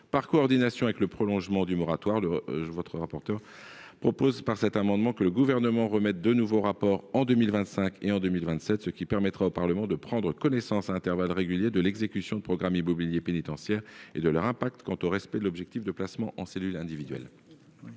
Par coordination avec le prolongement du moratoire, je propose au travers de cet amendement que le Gouvernement remette deux nouveaux rapports, en 2025 et 2027, ce qui permettra au Parlement de prendre connaissance, à intervalles réguliers, de l'exécution des programmes immobiliers pénitentiaires et de leur impact quant au respect de l'objectif de placement en cellule individuelle.